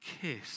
kiss